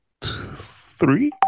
three